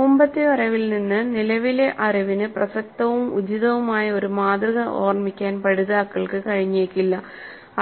മുമ്പത്തെ അറിവിൽ നിന്ന് നിലവിലെ അറിവിന് പ്രസക്തവും ഉചിതവുമായ ഒരു മാതൃക ഓർമിക്കാൻ പഠിതാക്കൾക്ക് കഴിഞ്ഞേക്കില്ല